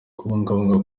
kubungabunga